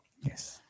Yes